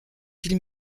qu’il